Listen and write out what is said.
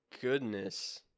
goodness